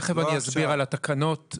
תכף אני אסביר על התקנות --- לא עכשיו.